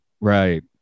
right